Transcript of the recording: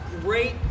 great